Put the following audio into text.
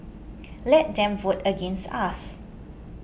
let them vote against us